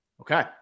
Okay